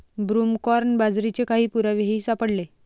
broomcorn बाजरीचे काही पुरावेही सापडले